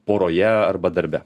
poroje arba darbe